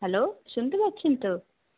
hello শুনতে পাচ্ছেন তো